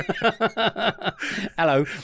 hello